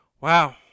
wow